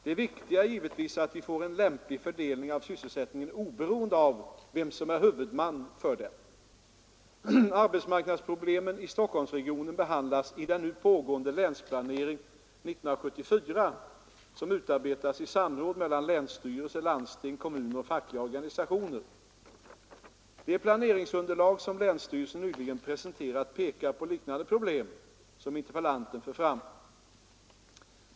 Det viktiga är givetvis att vi får en lämplig fördelning av sysselsättningen oberoende av vem som är huvudman för den. Arbetsmarknadsproblemen i Stockholmsregionen behandlas i den nu pågående Länsplanering 1974 som utarbetas i samråd mellan länsstyrelse, landsting, kommuner och fackliga organisationer. Det planeringsunderlag som länsstyrelsen nyligen presenterat pekar på liknande problem som interpellanten för fram.